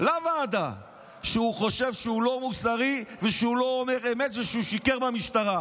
לוועדה שהוא חושב שהוא לא מוסרי ושהוא לא אומר אמת ושהוא שיקר במשטרה.